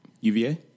UVA